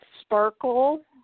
Sparkle